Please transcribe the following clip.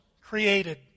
created